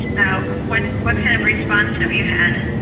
and what what kind of response have you had?